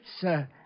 sir